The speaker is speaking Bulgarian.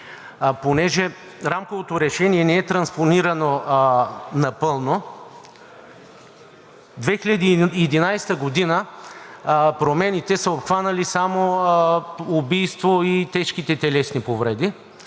понеже рамковото решение не е транспонирано напълно, 2011 г. промените са обхванали само убийство и тежките телесни повреди,